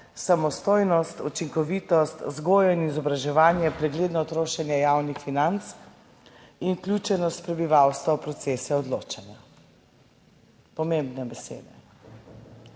samostojnost, učinkovitost, vzgojo in izobraževanje, pregledno trošenje javnih financ in vključenost prebivalstva v procese odločanja. Pomembne besede.